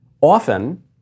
Often